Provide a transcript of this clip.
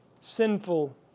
sinful